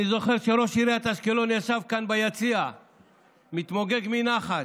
אני זוכר שראש עיריית אשקלון ישב כאן ביציע מתמוגג מנחת.